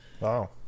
Wow